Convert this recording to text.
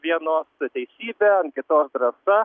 vienos teisybė ant kitos drąsa